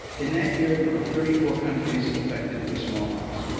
in that year, there were thirty four countries affected with smallpox.